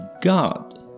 God